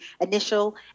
initial